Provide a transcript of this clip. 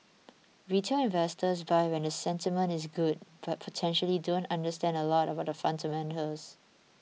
retail investors buy when the sentiment is good but potentially don't understand a lot about the fundamentals